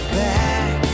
back